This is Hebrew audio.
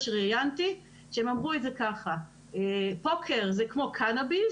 שראיינתי הם אמרו זאת כך: פוקר זה כמו קנאביס,